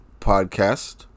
podcast